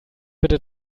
bitte